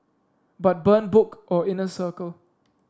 but burn book or inner circle